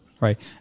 Right